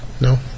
No